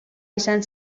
izan